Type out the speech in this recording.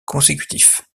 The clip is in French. consécutif